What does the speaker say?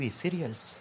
serials